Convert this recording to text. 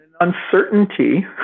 Uncertainty